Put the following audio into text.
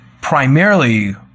primarily